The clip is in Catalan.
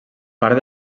part